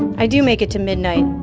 i do make it to midnight,